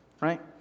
Right